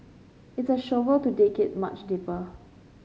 it's a shovel to dig it much deeper